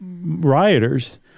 rioters